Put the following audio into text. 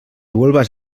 vuelvas